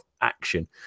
action